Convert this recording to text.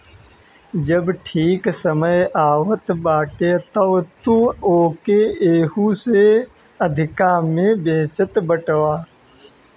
जब ठीक समय आवत बाटे तअ तू ओके एहू से अधिका में बेचत बाटअ